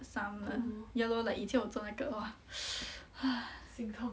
some lah ya lor like 以前我做那个哇 !hais! 心痛